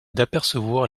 d’apercevoir